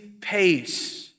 pace